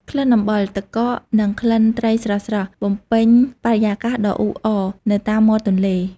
ក្លិនអំបិល ទឹកកក និងក្លិនត្រីស្រស់ៗបំពេញបរិយាកាសដ៏អ៊ូអរនៅតាមមាត់ទន្លេ។